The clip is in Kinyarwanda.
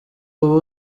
uwo